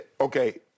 Okay